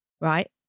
Right